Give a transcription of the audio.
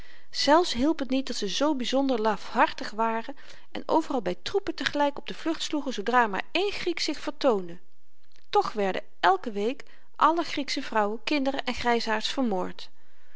zelfs hielp t niet dat ze zoo byzonder lafhartig waren en overal by troepen te gelyk op de vlucht sloegen zoodra maar één griek zich vertoonde tch werden elke week alle grieksche vrouwen kinderen en grysaards vermoord